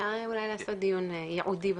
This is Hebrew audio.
אפשר אולי לעשות דיון ייעודי בנושא.